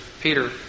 Peter